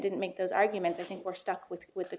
didn't make those arguments i think we're stuck with with the